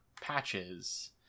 patches